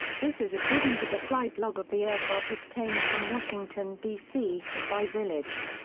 this is according to the flight log of the aircraft obtained from washington, d c, by village.